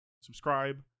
subscribe